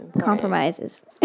Compromises